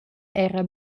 era